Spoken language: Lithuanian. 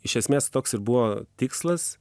iš esmės toks ir buvo tikslas